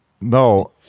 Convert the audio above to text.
no